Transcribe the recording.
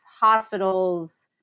hospitals